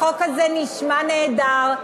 החוק הזה נשמע נהדר,